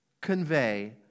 convey